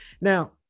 now